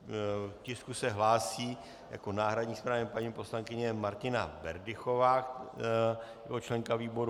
K tisku se hlásí jako náhradní zpravodaj paní poslankyně Martina Berdychová, jako členka výboru.